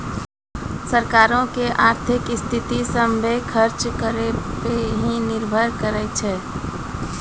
सरकारो के आर्थिक स्थिति, सभ्भे खर्च करो पे ही निर्भर करै छै